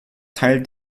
teil